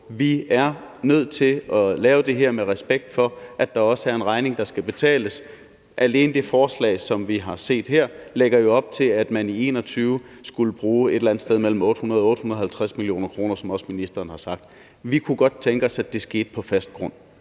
Vi er nødt til at lave det her med respekt for, at der også er en regning, der skal betales. Alene det forslag, som vi har set her, lægger jo op til, at man i 2021 skulle bruge et eller andet sted mellem 800 og 850 mio. kr., som ministeren også har sagt. Vi kunne godt tænke os, at det skete på fast grund.